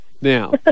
Now